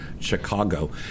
Chicago